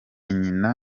nyina